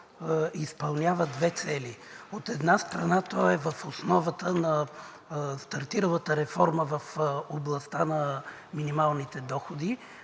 изпълнява две цели. От една страна, той е в основата на стартиралата реформа в областта на минималните доходи.